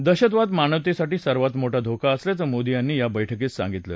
दहशतवाद मानवतेसाठी सर्वात मोठा धोका असल्याचं मोदी यांनी या बैठकीत सांगितलं